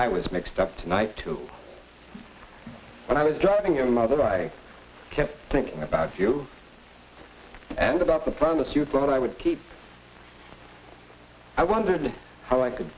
i was mixed up tonight too when i was driving your mother i kept thinking about you and about the promise you brought i would keeps i wondered how i could